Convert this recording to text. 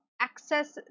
access